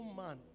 man